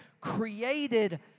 created